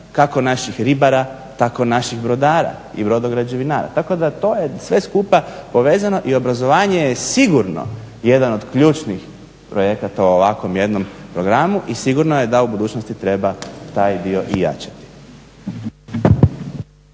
kako naših ribara, tako naših brodara i brodo građevinara. Tako da to je sve skupa povezano i obrazovanje je sigurno jedan od ključnih projekata u ovako jednom programu i sigurno je da u budućnosti treba taj dio i jačati.